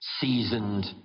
seasoned